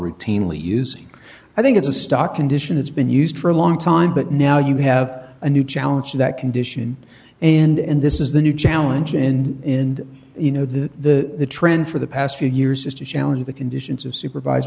routinely using i think it's a stock condition it's been used for a long time but now you have a new challenge that condition and this is the new challenge in you know that the trend for the past few years is to challenge the conditions of supervise